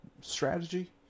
strategy